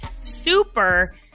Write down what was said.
super